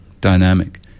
dynamic